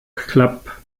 club